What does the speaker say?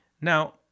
Now